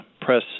press